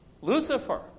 Lucifer